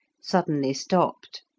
suddenly stopped,